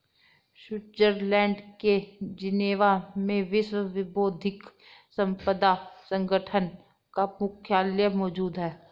Switzerland के Geneva में विश्व बौद्धिक संपदा संगठन का मुख्यालय मौजूद है